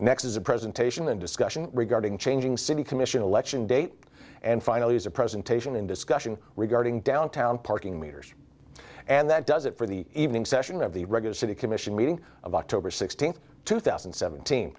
is a presentation and discussion regarding changing city commission election date and finally as a presentation in discussion regarding downtown parking meters and that does it for the evening session of the regular city commission meeting of october sixteenth two thousand and seventeen